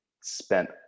spent